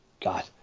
God